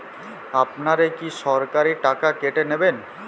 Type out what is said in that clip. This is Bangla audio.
আপনারা কি সরাসরি টাকা কেটে নেবেন?